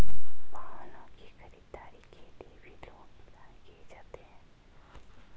वाहनों की खरीददारी के लिये भी लोन प्रदान किये जाते हैं